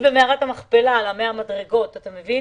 במערת המכפלה במקביל ל-100 מדרגות שיש שם.